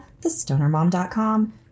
thestonermom.com